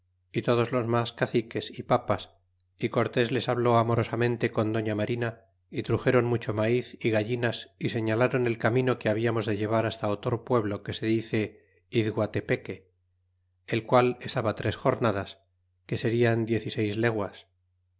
y todos los mas caciques y papas y cortés les habló amorosamente con doña marina y truxeron mucho maiz y gallinas y señalron el camino que habiam os de llevar hasta otro pueblo que se dice izguatepeque el qual estaba tres jornadas que serian diez y seis leguas